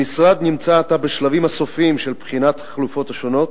המשרד נמצא עתה בשלבים הסופיים של בחינת החלופות השונות,